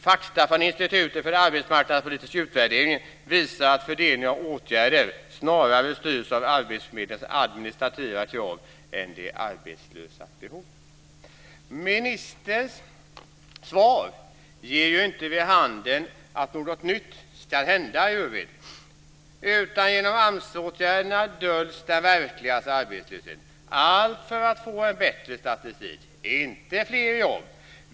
Fakta från Institutet för arbetsmarknadspolitisk utvärdering visar att fördelningen av åtgärder snarare styrs av arbetsförmedlingarnas administrativa krav än de arbetslösas behov. Ministerns svar ger ju inte vid handen att något nytt ska hända i övrigt, utan genom AMS-åtgärderna döljs den verkliga arbetslösheten, allt för att få en bättre statistik, inte fler jobb.